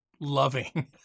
loving